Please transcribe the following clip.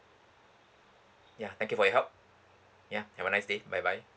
ya thank you for your help ya have a nice day bye bye